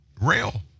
rail